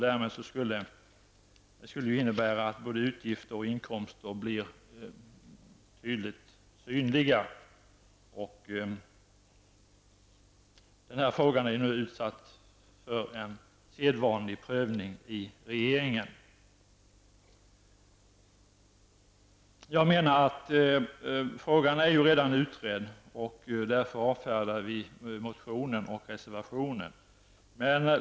Det skulle innebära att både utgifter och inkomster blir tydligen synliga. Frågan är föremål för sedvanlig prövning i regeringen. Frågan är alltså redan utredd, varför vi avfärdar motionen och reservationen.